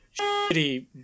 shitty